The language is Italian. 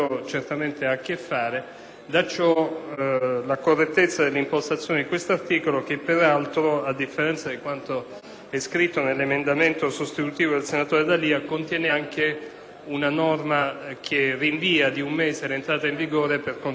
scritto nell'emendamento sostitutivo presentato dal senatore D'Alia, contiene anche una norma che rinvia di un mese l'entrata in vigore, per consentire alle forze di polizia di essere pienamente adempienti a quanto viene prescritto.